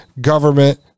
government